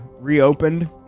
reopened